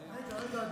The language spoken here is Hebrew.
רגע,